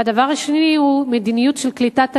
והדבר השני הוא מדיניות של קליטת עלייה,